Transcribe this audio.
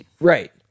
Right